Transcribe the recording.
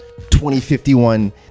2051